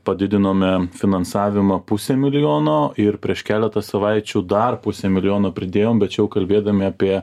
padidinome finansavimą puse milijono ir prieš keletą savaičių dar pusę milijono pridėjom bet čia jau kalbėdami apie